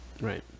Right